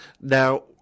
Now